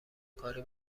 کاری